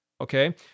Okay